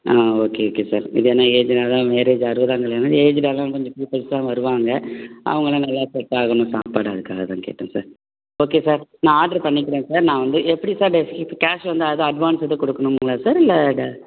ஆ okay okay sir இது ஏன்னா ஏஜுடாக தான் மேரேஜ் அறுபதாங் கல்யாணம் ஏஜுடாக தான் கொஞ்சம் பீப்பிள்ஸ்லாம் வருவாங்க அவங்கள்லாம் நல்லா செட்டாகணும் சாப்பாடு அதுக்காக தான் கேட்டேன் சார் ஓகே சார் நான் ஆர்டர் பண்ணிக்கிறேன் சார் நான் வந்து எப்படி சார் டேஸ் இப்போ கேஷ் வந்து அது அட்வான்ஸ் எதுவும் கொடுக்கணுங்களா சார் இல்லை டே